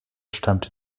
stammt